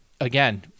again